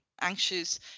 anxious